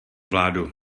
vládu